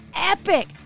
epic